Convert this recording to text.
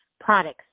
products